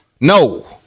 no